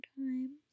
time